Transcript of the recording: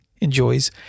enjoys